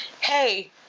Hey